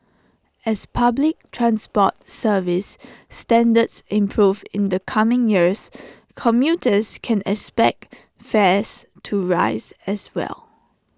as public transport service standards improve in the coming years commuters can expect fares to rise as well